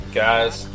guys